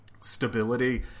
Stability